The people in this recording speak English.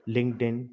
LinkedIn